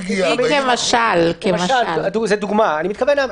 זו דוגמה.